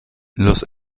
los